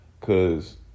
cause